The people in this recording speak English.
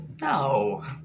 no